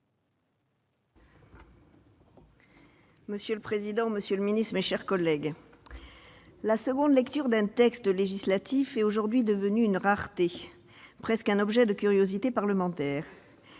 Monsieur le président, monsieur le secrétaire d'État, mes chers collègues, la seconde lecture d'un texte législatif est aujourd'hui devenue une rareté, presque un objet de curiosité parlementaire.